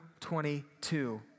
22